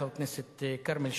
חבר הכנסת כרמל שאמה,